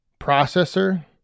processor